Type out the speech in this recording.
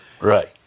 right